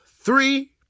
three